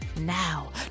now